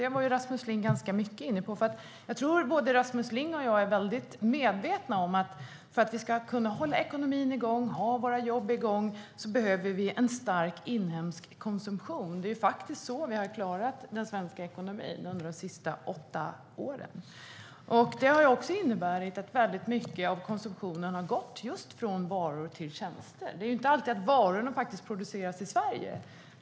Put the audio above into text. Det var Rasmus Ling ganska mycket inne på. Jag tror att både Rasmus Ling och jag är väldigt medvetna om att vi, för att vi ska kunna hålla igång ekonomin och våra jobb, behöver en stark inhemsk konsumtion. Det är faktiskt så vi har klarat den svenska ekonomin under de senaste åtta åren. Det har också inneburit att väldigt mycket av konsumtionen har gått från varor till tjänster. Varorna produceras inte alltid i Sverige.